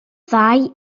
ddau